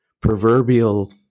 proverbial